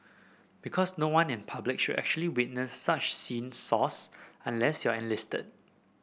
because no one in public should actually witness such scenes source unless you're enlisted